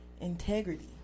integrity